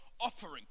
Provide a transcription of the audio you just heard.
offering